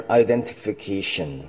identification